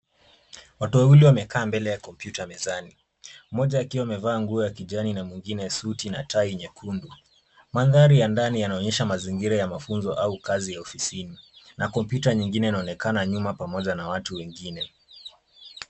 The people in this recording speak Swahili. Watu wawili wamekaa mbele ya kompyuta mezani. Mmoja akiwa amevaa nguo ya kijani na mwingine suti na tai nyekundu. Mandhari ya ndani yanaonyesha mazingira ya mafunzo au kazi ya ofisini na kompyuta nyingine inaonekana nyuma pamoja na watu wengine.